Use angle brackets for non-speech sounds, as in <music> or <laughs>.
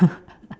<laughs>